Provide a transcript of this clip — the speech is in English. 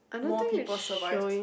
more people survived